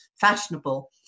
fashionable